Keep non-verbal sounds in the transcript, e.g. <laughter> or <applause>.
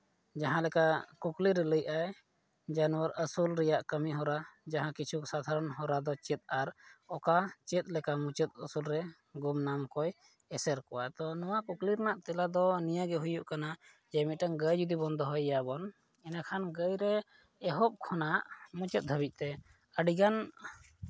ᱡᱟᱦᱟᱸ ᱞᱮᱠᱟ ᱠᱩᱠᱞᱤ ᱨᱮ ᱞᱟᱹᱭᱮᱫᱟᱭ ᱡᱟᱱᱣᱟᱨ ᱟᱹᱥᱩᱞ ᱨᱮᱭᱟᱜ ᱠᱟᱹᱢᱤᱦᱚᱨᱟ ᱡᱟᱦᱟᱸ ᱠᱤᱪᱷᱩ ᱥᱟᱫᱷᱟᱨᱚᱱ ᱦᱚᱨᱟ ᱫᱚ ᱪᱮᱫ ᱟᱨ ᱚᱠᱟ ᱪᱮᱫ ᱞᱮᱠᱟ ᱢᱩᱪᱟᱹᱫ ᱩᱥᱩᱨ ᱨᱮ <unintelligible> ᱮᱥᱮᱨ ᱠᱚᱣᱟᱭ ᱱᱚᱣᱟ ᱠᱩᱠᱞᱤ ᱨᱮᱭᱟᱜ ᱛᱮᱞᱟ ᱫᱚ ᱱᱤᱭᱟᱹᱜᱮ ᱦᱩᱭᱩᱜ ᱠᱟᱱᱟ ᱡᱮ ᱢᱤᱫᱴᱟᱱ ᱜᱟᱹᱭ ᱡᱩᱫᱤ ᱵᱚᱱ ᱫᱚᱦᱚᱭᱮᱭᱟᱵᱚᱱ ᱮᱸᱰᱮᱠᱷᱟᱱ ᱜᱟᱹᱭ ᱨᱮ ᱮᱦᱚᱵ ᱠᱷᱚᱱᱟᱜ ᱢᱩᱪᱟᱹᱫ ᱫᱷᱟᱹᱵᱤᱡ ᱛᱮ ᱟᱹᱰᱤᱜᱟᱱ